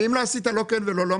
ואם לא עשית לא כן ולא לא?